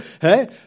Hey